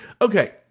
Okay